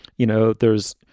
you know, there's,